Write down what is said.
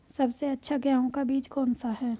सबसे अच्छा गेहूँ का बीज कौन सा है?